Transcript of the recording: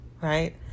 right